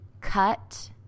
cut